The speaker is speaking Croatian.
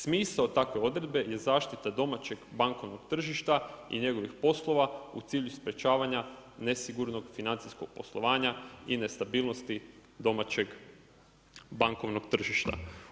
Smisao takve odredbe je zaštita domaćeg bankovnog tržišta i njegovih poslova u cilju sprečavanja nesigurnog financijskog poslovanja i nestabilnosti domaćeg bankovnog tržišta.